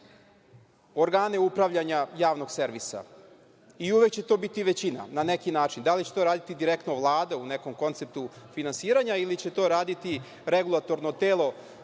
organe upravljanja javnog servisa i uvek će to biti većina na neki način, da li će to raditi direktno Vlada u nekom konceptu finansiranja, ili će to raditi regulatorno telo,